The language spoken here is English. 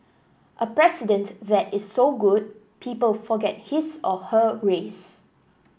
a president that is so good people forget his or her race